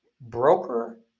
broker